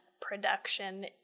production